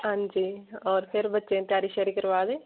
हां जी होर फिर बच्चें गी त्यारी श्यारी करवाऽ दे